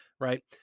right